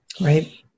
Right